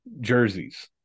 jerseys